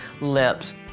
lips